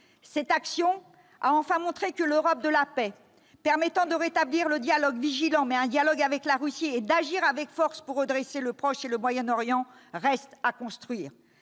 Cette action, enfin, a montré que l'Europe de la paix, permettant de rétablir un dialogue, vigilant, avec la Russie et d'agir avec force pour redresser le Proche-Orient et le Moyen-Orient, reste à construire.